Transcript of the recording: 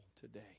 today